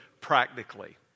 practically